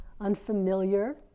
unfamiliar